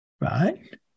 right